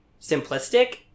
simplistic